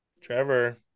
Trevor